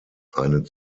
einen